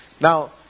Now